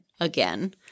again